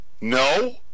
No